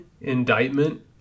indictment